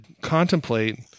contemplate